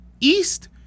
east